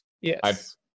yes